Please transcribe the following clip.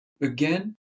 again